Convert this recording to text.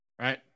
right